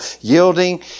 Yielding